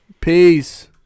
Peace